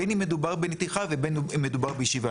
בין אם מדובר בנתיחה ובין אם מדובר בשאיבה.